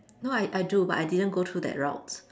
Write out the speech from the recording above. no I I do but I didn't go through that route